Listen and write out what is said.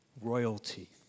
royalty